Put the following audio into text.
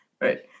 Right